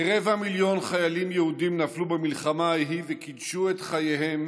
כרבע מיליון חיילים יהודים נפלו במלחמה ההיא וקידשו את חייהם